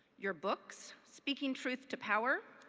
your books, speaking truth to power,